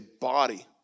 body